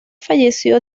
falleció